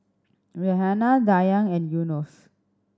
Raihana Dayang and Yunos